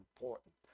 important